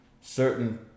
certain